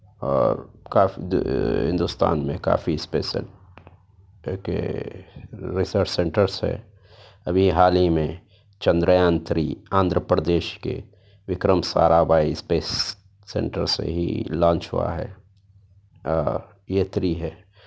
اور کافی ہندوستان میں کافی اسپیس ہے ہے کہ ریسرچ سینٹرس ہے ابھی حال ہی میں چندریان تھری آندھرا پردیش کے Vikram Sarabhai space centre سے ہی لانچ ہوا ہے اور یہ تھری ہے